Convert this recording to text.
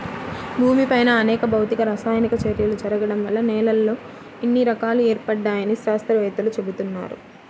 భూమిపైన అనేక భౌతిక, రసాయనిక చర్యలు జరగడం వల్ల నేలల్లో ఇన్ని రకాలు ఏర్పడ్డాయని శాత్రవేత్తలు చెబుతున్నారు